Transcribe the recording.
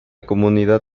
comunidad